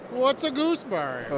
what's a gooseberry?